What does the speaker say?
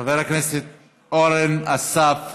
חבר הכנסת אורן אסף חזן.